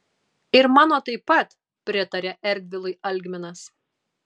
ir mano taip pat pritarė erdvilui algminas